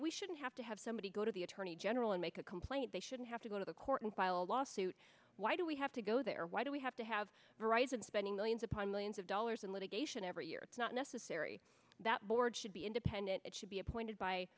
we shouldn't have to have somebody go to the attorney general and make a complaint they shouldn't have to go to the court and file a lawsuit why do we have to go there why do we have to have a rise in spending millions upon millions of dollars in litigation every year it's not necessary that board should be independent it should be appointed by